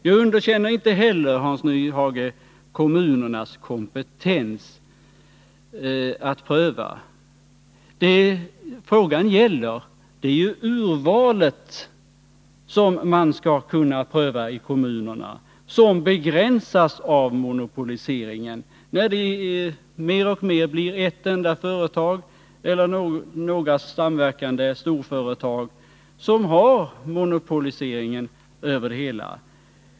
Jag underkänner inte heller, Hans Nyhage, kommunernas kompetens att pröva. Det frågan gäller är ju urvalet, som man skall kunna pröva i kommunerna och som begränsas av monopoliseringen — när det mer och mer blir ett enda företag eller några samverkande storföretag som har monopol över hela marknaden.